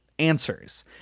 answers